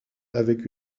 avec